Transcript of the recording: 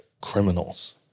criminals